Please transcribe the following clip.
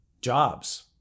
jobs